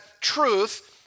truth